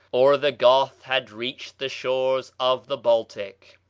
or the goth had reached the shores of the baltic.